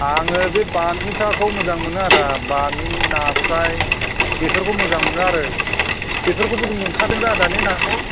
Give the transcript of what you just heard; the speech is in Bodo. आङो बे बामिफ्राखौ मोजां मोनो आदा बामि नास्राइ बेफोरखौ मोजां मोनो आरो बेफोरखौबो मोनखादों दा ने नाखौ